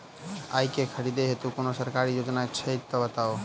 आइ केँ खरीदै हेतु कोनो सरकारी योजना छै तऽ बताउ?